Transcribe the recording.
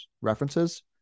References